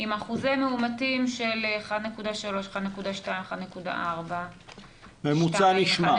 עם אחוזי מאומתים של 1.3, 1.2, 1.4. הממוצע נשמר.